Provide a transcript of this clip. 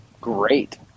great